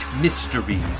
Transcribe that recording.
mysteries